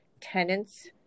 tenants